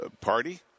party